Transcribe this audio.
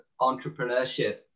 entrepreneurship